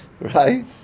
right